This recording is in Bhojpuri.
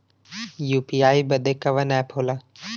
यू.पी.आई बदे कवन ऐप होला?